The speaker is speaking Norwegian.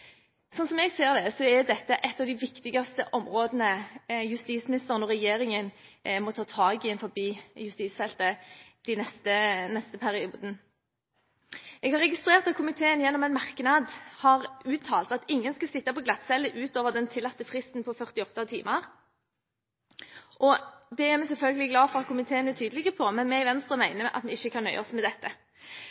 som jeg ser det, er dette et av de viktigste områdene justisministeren og regjeringen må ta tak i innenfor justisfeltet den neste perioden. Jeg har registrert at komiteen i en merknad har uttalt at ingen skal sitte på glattcelle utover den tillatte fristen på 48 timer. Det er vi selvfølgelig glad for at komiteen er tydelig på, men vi i Venstre mener at vi ikke kan nøye oss med dette.